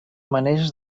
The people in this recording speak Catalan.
maneres